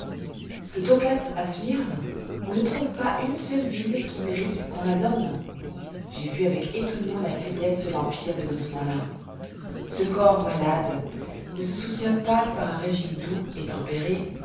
de tocat à smyrne on ne trouve pas une seule ville qui mérite qu'on la nomme j'ai vu avec étonnement la foiblesse de l'empire des osmanlins ce corps malade ne se soutient pas par un régime doux et tempéré